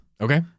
Okay